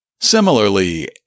Similarly